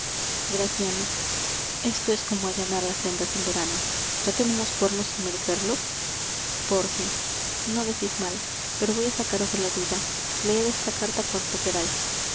esto es como allanar las sendas en verano ya tenemos cuernos sin merecerlos pórcia no decis mal pero voy á sacaros de la duda leed esta carta cuando querais